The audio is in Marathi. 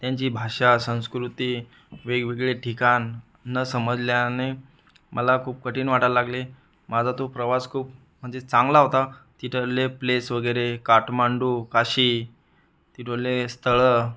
त्यांची भाषा संस्कृती वेगवेगळे ठिकाण न समजल्याने मला खूप कठीण वाटायला लागले माझा तो प्रवास खूप म्हणजे चांगला होता तिथले प्लेस वगैरे काठमांडू काशी तिथले स्थळं